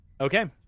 Okay